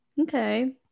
okay